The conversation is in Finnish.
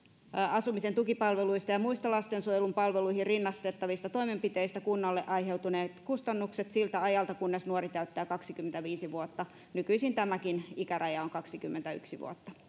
asumisen tukipalveluista ja muista lastensuojelun palveluihin rinnastettavista toimenpiteistä kunnalle aiheutuneet kustannukset siltä ajalta kunnes nuori täyttää kaksikymmentäviisi vuotta nykyisin tämäkin ikäraja on kaksikymmentäyksi vuotta